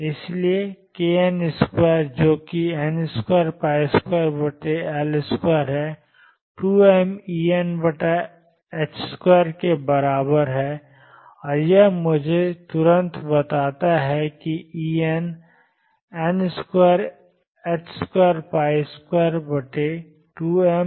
और इसलिए kn2 जो कि n22L2 है 2mEn2 के बराबर है और यह मुझे तुरंत बताता है कि Enn2222mL2